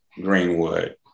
Greenwood